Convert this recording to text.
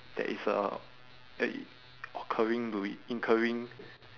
that it's uh at it occurring to it incurring